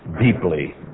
deeply